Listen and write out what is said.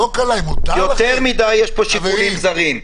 חברים,